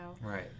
Right